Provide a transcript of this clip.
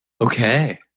Okay